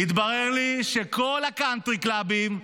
התברר לי שכל הקאנטרי קלאבים,